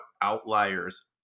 outliers